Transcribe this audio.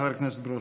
חבר הכנסת ברושי.